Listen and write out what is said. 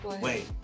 wait